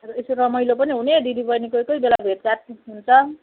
यसो रमाइलो पनि हुने दिदीबहिनी कोही कोही बेला भेटघाट हुन्छ